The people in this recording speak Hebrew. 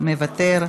מוותר,